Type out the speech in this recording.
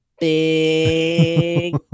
big